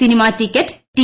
cinema ticket T